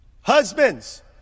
Husbands